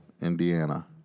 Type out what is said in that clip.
Indiana